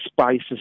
spices